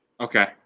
Okay